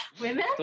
women